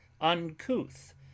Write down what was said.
Uncouth